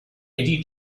eddie